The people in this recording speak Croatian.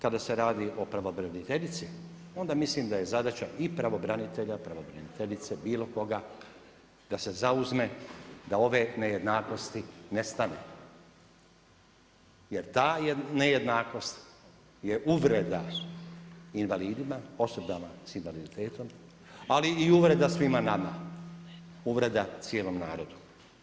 Tada se radi o pravobraniteljici, onda mislim da je zadaća i pravobranitelja, pravobraniteljice, bilo koga, da se zauzme da ove nejednakosti nestane jer ta nejednakost je uvreda invalidima, osobama sa invaliditetom ali i uvreda svima nama, uvreda cijelom narodu.